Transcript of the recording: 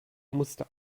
musste